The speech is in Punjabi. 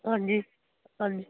ਹਾਂਜੀ ਹਾਂਜੀ